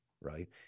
Right